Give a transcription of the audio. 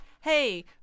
Hey